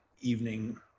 evening